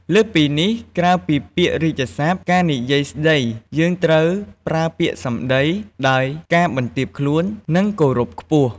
លើសពីនេះក្រៅពីពាក្យរាជសព្ទ ការនិយាយស្តីយើងត្រូវប្រើពាក្យសំដីដោយការបន្ទាបខ្លួន និងគោរពខ្ពស់។